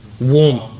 warm